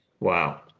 Wow